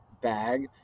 bag